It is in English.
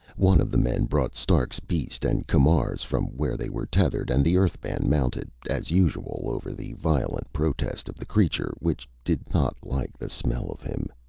one of the men brought stark's beast and camar's from where they were tethered, and the earthman mounted as usual, over the violent protest of the creature, which did not like the smell of him.